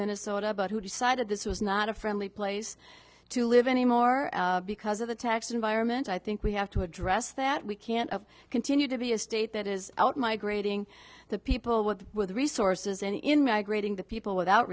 minnesota but who decided this was not a friendly place to live anymore because of the tax environment i think we have to address that we can't of continue to be a state that is out migrating the people what with resources and in migrating the people without